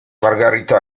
margarita